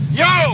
yo